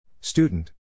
Student